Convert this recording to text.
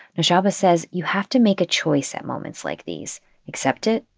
noshaba says you have to make a choice at moments like these accept it.